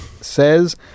says